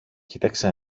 κοίταξε